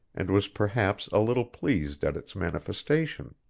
and was perhaps a little pleased at its manifestation.